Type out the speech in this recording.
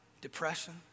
depression